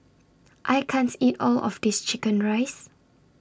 I can't eat All of This Chicken Rice